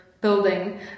Building